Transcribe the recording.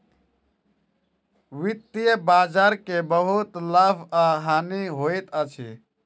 वित्तीय बजार के बहुत लाभ आ हानि होइत अछि